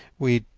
we,